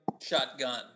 Shotgun